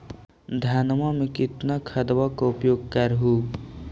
धानमा मे कितना खदबा के उपयोग कर हू?